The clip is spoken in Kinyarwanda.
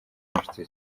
n’inshuti